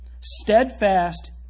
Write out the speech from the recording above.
Steadfast